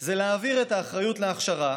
הוא להעביר את האחריות להכשרה